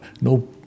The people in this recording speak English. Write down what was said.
no